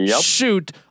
shoot